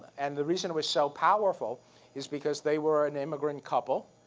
and the reason was so powerful is because they were an immigrant couple